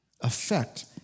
affect